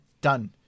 done